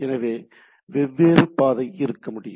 எனவே வெவ்வேறு பாதை இருக்க முடியும்